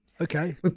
Okay